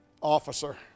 officer